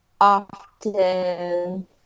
often